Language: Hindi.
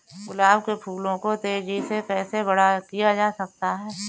गुलाब के फूलों को तेजी से कैसे बड़ा किया जा सकता है?